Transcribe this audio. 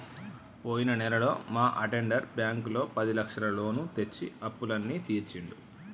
పోయిన నెలలో మా అటెండర్ బ్యాంకులో పదిలక్షల లోను తెచ్చి అప్పులన్నీ తీర్చిండు